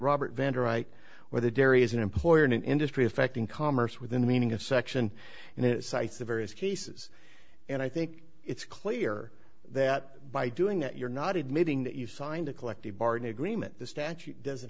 robert vendor right where the dairy is an employer in an industry affecting commerce within the meaning of section and it cites the various cases and i think it's clear that by doing that you're not admitting that you signed a collective bargain agreement the statute doesn't